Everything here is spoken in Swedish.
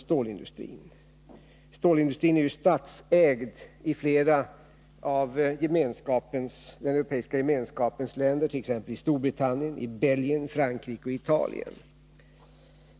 Stålindustrin är ju statsägd i flera av Europeiska gemenskapens länder, t.ex. Storbritannien, Belgien, Frankrike och Italien.